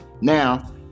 Now